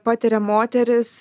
patiria moterys